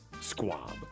Squab